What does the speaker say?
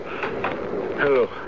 Hello